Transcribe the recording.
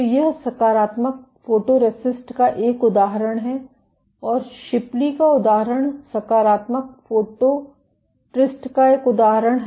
तो यह सकारात्मक फोटोरिस्टिस्ट का एक उदाहरण है और शिपली का उदाहरण सकारात्मक फोटोरिस्टिस्ट का एक उदाहरण है